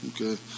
Okay